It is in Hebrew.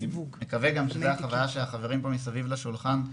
אני מקווה שזה גם החוויה של החברים פה מסביב לשולחן,